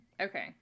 okay